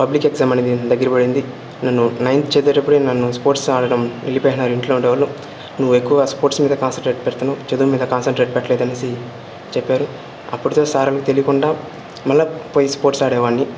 public exam అనేది దగ్గర పడింది నన్ను నైన్త్ చదివేటప్పుడే నన్ను స్పోర్ట్స్ ఆడడం నిలిపేసినారు ఇంట్లో ఉండేవాళ్ళు నువ్వు ఎక్కువ స్పోర్ట్స్ మీద కాన్సంట్రేట్ పెడుతున్నావు చదువు మీద కాన్సంట్రేట్ పెట్టలేదనేసి చెప్పారు అప్పటిదా సారొళ్ళకి తెలీకుండా మళ్ళీ పోయి స్పోర్ట్స్ ఆడేవాన్ని